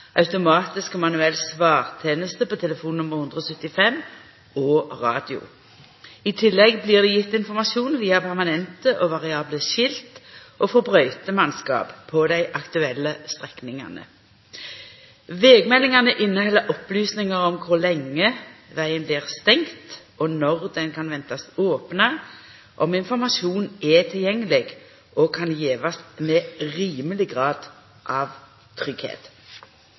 175 og radio. I tillegg blir det gjeve informasjon via permanente og variable skilt og frå brøytemannskap på dei aktuelle strekningane. Vegmeldingane inneheld opplysningar om kor lenge vegen blir stengd, når han kan ventast opna, og om informasjonen er tilgjengeleg og kan gjevast med rimeleg grad av